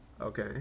Okay